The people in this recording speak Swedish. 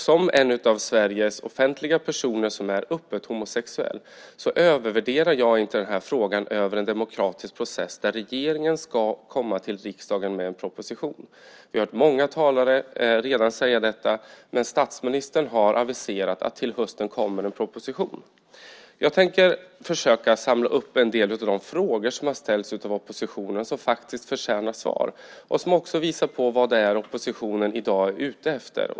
Som en av Sveriges offentliga personer som är öppet homosexuella övervärderar jag inte frågan om en demokratisk process där regeringen ska komma till riksdagen med en proposition. Vi har redan hört många talare säga detta, men statsministern har aviserat att det till hösten kommer en proposition. Jag tänker försöka samla upp en del av de frågor som har ställts av oppositionen som faktiskt förtjänar svar. De visar också vad det är oppositionen i dag är ute efter.